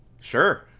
sure